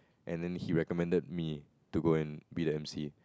and then he recommended me to go and be the emcee